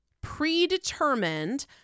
predetermined